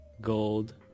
Gold